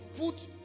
put